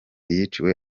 yiciwe